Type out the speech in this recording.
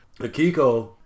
Akiko